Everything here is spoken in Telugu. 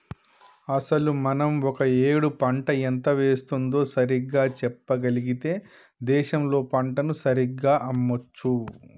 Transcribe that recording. అసలు మనం ఒక ఏడు పంట ఎంత వేస్తుందో సరిగ్గా చెప్పగలిగితే దేశంలో పంటను సరిగ్గా అమ్మొచ్చు